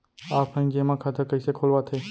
Offline जेमा खाता कइसे खोलवाथे?